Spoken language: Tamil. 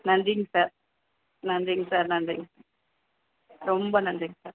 நன்றிங்க சார் நன்றிங்க சார் நன்றிங்க ரொம்ப நன்றிங்க சார்